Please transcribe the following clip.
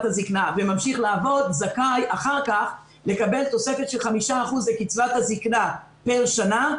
הזקנה וממשיך לעבוד זכאי אחר כך לקבל תוספת של 5% לקצבת הזקנה פר שנה.